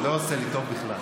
לא עושה לי טוב בכלל.